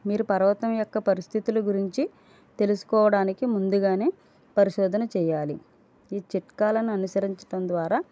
మీరు పర్వతం యొక్క పరిస్థితులు గురించి తెలుసుకోవడానికి ముందుగా పరిశోధన చేయాలి ఈ చిట్కాలను అనుసరించడం ద్వారా